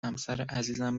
همسرعزیزم